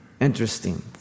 Interesting